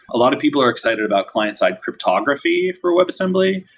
a lot of people are excited about client-side cryptography for webassembly,